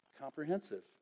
comprehensive